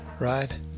right